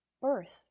birth